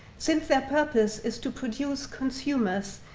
since that purpose is to produce consumers,